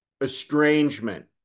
estrangement